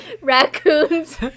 raccoons